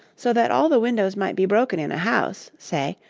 so that all the windows might be broken in a house, say,